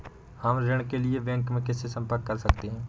हम ऋण के लिए बैंक में किससे संपर्क कर सकते हैं?